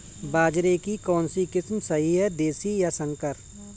बाजरे की कौनसी किस्म सही हैं देशी या संकर?